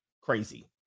Crazy